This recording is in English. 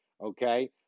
okay